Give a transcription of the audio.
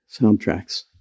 soundtracks